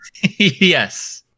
Yes